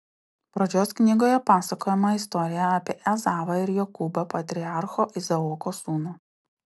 pradžios knygoje pasakojama istorija apie ezavą ir jokūbą patriarcho izaoko sūnų